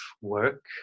work